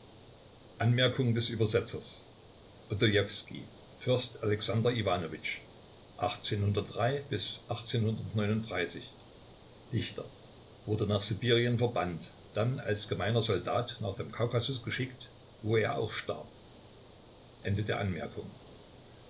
übersetzer newski dichter wurde nach sibirien verbannt dann als gemeiner soldat nach dem kaukasus geschickt wo er auch starb